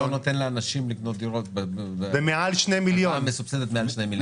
אתה בעצם לא נותן לאנשים לקנות דירות בהלוואה מסובסדת מעל 2 מיליון.